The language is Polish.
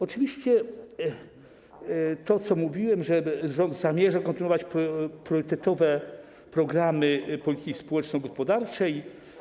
Oczywiście chodzi o to, o czym mówiłem: rząd zamierza kontynuować priorytetowe programy polityki społeczno-gospodarczej.